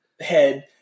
head